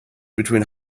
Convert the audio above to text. between